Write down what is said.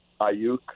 Ayuk